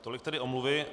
Tolik tedy omluvy.